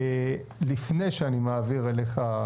לפני שאני מעביר אליך,